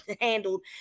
handled